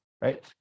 right